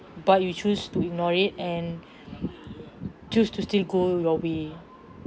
but you choose to ignore it and choose to still go your way